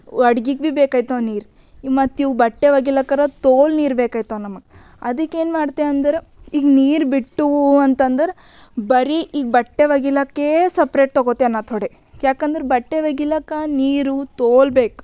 ಅಡ್ಗೆಗೆ ಭೀ ಬೇಕಾಯ್ತವ ನೀರು ನಮ್ಗೆ ಮತ್ತು ಇವು ಬಟ್ಟೆ ಒಗೀಲಕ್ಕಾರ ತೋಲ್ ನೀರು ಬೇಕಾಯ್ತವ ನಮಗೆ ಅದಕ್ಕೇನು ಮಾಡ್ತೇವೆ ಅಂದ್ರೆ ಈಗ ನೀರು ಬಿಟ್ಟೆವು ಅಂತಂದ್ರೆ ಬರೀ ಈಗ ಬಟ್ಟೆ ಒಗಿಲಕ್ಕೆ ಸಪ್ರೇಟ್ ತಗೋತೇವೆ ನಾವು ಥೊಡೆ ಯಾಕಂದ್ರೆ ಬಟ್ಟೆ ಒಗಿಲಾಕ ನೀರು ತೋಲ್ ಬೇಕು